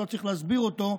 שלא צריך להסביר אותו,